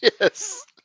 Yes